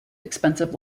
expensive